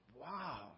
wow